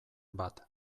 bat